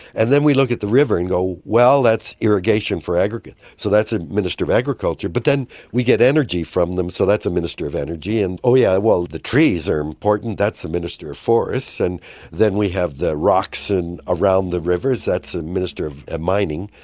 and then we look at the river and go, well, that's irrigation for agriculture, so that's the minister for agriculture. but then we get energy from them, so that's the minister of energy. and, oh yeah, well, the trees are important, that's the minister of forests. and then we have the rocks around the rivers, that's the minister of ah mining.